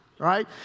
right